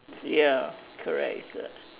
ya correct it's a